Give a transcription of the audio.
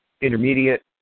intermediate